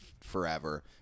forever